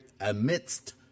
amidst